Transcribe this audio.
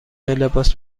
لباس